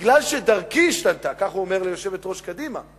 מפני שדרכי השתנתה, כך הוא אומר ליושבת-ראש קדימה.